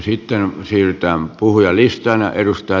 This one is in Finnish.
sitten siirrytään puhujalistaan